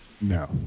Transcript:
No